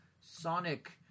Sonic